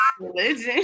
Religion